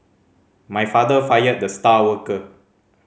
my father fired the star worker